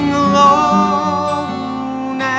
alone